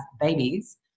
babies